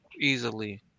easily